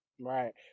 Right